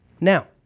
Now